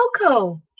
cocoa